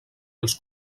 els